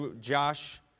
Josh